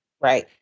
Right